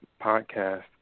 podcast